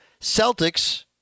Celtics